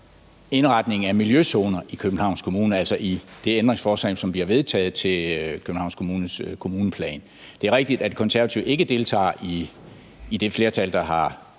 indretningen af miljøzoner i Københavns Kommune, altså i det ændringsforslag, som vi har vedtaget, til Københavns Kommunes kommuneplan. Det er rigtigt, at De Konservative ikke deltager i det flertal, der har